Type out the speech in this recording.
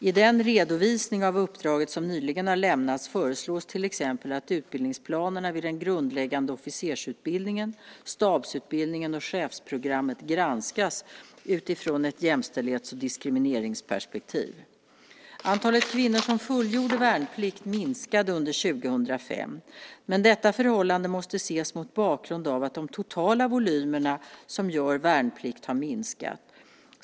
I den redovisning av uppdraget som nyligen har lämnats föreslås till exempel att utbildningsplanerna vid den grundläggande officersutbildningen, stabsutbildningen och chefsprogrammet granskas utifrån ett jämställdhets och diskrimineringsperspektiv. Antalet kvinnor som fullgjorde värnplikt minskade under 2005. Men detta förhållande måste ses mot bakgrund av att de totala volymerna som gör sin värnplikt har minskat.